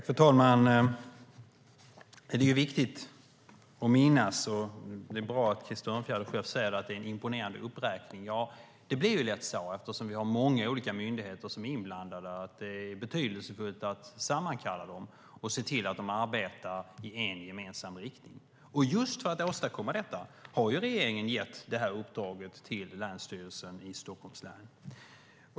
Fru talman! Det är viktigt att minnas att det är en imponerande uppräkning, och det är bra att Krister Örnfjäder själv säger det. Eftersom vi har många olika myndigheter som är inblandade blir det lätt så. Det är betydelsefullt att sammankalla dem och se till att de arbetar i en gemensam riktning. Just för att åstadkomma detta har regeringen gett det här uppdraget till Länsstyrelsen i Stockholms län.